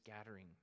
scattering